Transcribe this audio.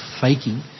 faking